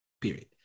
period